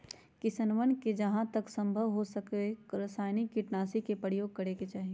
किसनवन के जहां तक संभव हो कमसेकम रसायनिक कीटनाशी के प्रयोग करे के चाहि